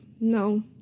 no